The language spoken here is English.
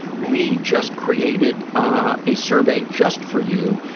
we just created ah a survey just for you,